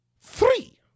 three